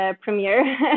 premiere